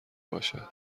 باشد